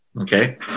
Okay